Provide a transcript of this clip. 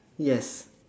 yes